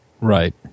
Right